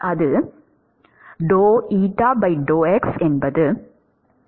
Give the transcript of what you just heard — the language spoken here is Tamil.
அது என்பது ஆகும்